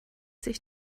sich